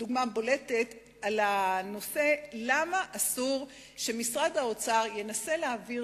ודוגמה בולטת למה אסור שמשרד האוצר ינסה להעביר